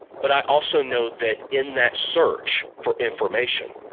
but i also know that in that search for information